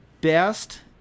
best